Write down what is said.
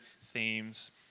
themes